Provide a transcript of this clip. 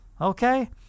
okay